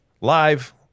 Live